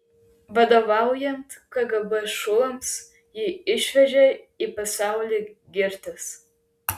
vadovaujant kgb šulams jį išvežė į pasaulį girtis